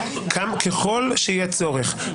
ככל שיהיה צורך,